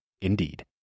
Indeed